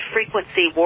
Frequency